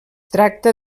tracta